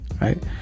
right